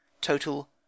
total